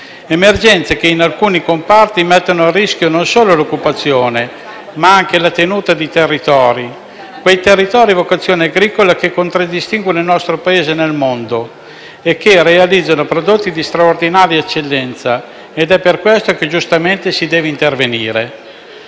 emergenze che, in alcuni comparti, mettono a rischio non solo l'occupazione, ma anche la tenuta di quei territori a vocazione agricola che contraddistinguono il nostro Paese nel mondo e realizzano prodotti di straordinaria eccellenza. È per questo motivo che, giustamente, si deve intervenire.